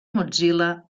mozilla